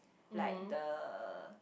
like the